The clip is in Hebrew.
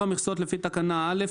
שאר המכסות לפי תקנת משנה (א),